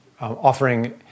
Offering